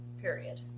Period